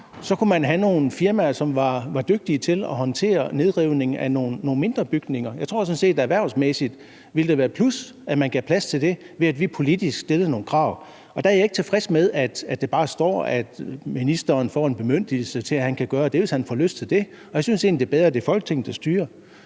så kunne man have nogle firmaer, som var dygtige til at håndtere nedrivning af nogle mindre bygninger. Jeg tror sådan set, at det erhvervsmæssigt ville være et plus, at man gav plads til det, ved at vi politisk stillede nogle krav, og der er jeg ikke tilfreds med, at der bare står, at ministeren får en bemyndigelse til, at han kan gøre det, hvis han får lyst til det. Jeg synes egentlig, det er bedre, at det er Folketinget, der styrer